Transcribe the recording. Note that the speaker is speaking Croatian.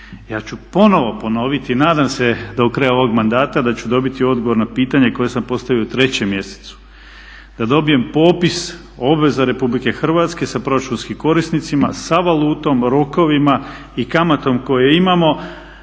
Ja ću ponovo ponoviti, nadam se do kraja ovoga mandata da ću dobiti odgovor na pitanje koje sam postavio u trećem mjesecu da dobijem popis obveza Republike Hrvatske sa proračunskim korisnicima, sa valutom, rokovima i kamatom koju imamo.